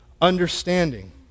understanding